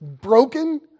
broken